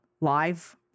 live